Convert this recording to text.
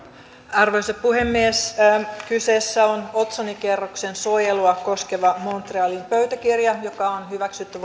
arvoisa puhemies kyse on otsonikerroksen suojelua koskevaan montrealin pöytäkirjaan joka on hyväksytty